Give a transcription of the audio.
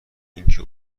اینکه